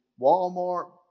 Walmart